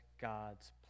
God's